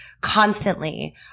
constantly